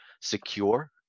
secure